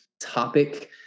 topic